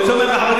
אני רוצה לומר לך,